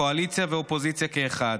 קואליציה ואופוזיציה כאחד,